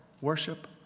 worship